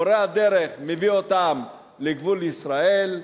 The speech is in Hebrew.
מורה הדרך מביא אותם לגבול ישראל,